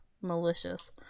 Malicious